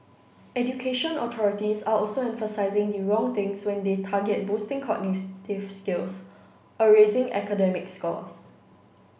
education authorities are also emphasising the wrong things when they target boosting cognitive skills or raising academic scores